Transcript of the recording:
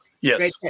Yes